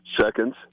Seconds